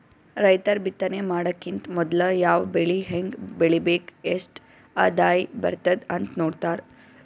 ರೈತರ್ ಬಿತ್ತನೆ ಮಾಡಕ್ಕಿಂತ್ ಮೊದ್ಲ ಯಾವ್ ಬೆಳಿ ಹೆಂಗ್ ಬೆಳಿಬೇಕ್ ಎಷ್ಟ್ ಆದಾಯ್ ಬರ್ತದ್ ಅಂತ್ ನೋಡ್ತಾರ್